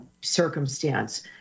circumstance